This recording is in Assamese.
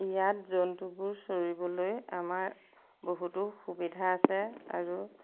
ইয়াত জন্তুবোৰ চৰিবলৈ আমাৰ বহুতো সুবিধা আছে আৰু